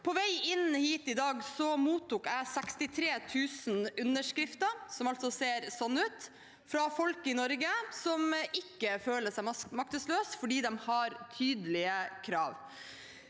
På vei inn hit i dag mottok jeg 63 000 underskrifter fra folk i Norge som ikke føler seg maktesløse. Det er fordi de har tydelige krav